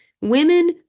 women